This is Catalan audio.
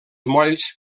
molls